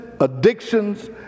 addictions